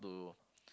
to